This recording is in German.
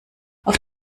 auf